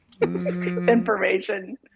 information